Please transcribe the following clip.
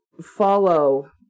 follow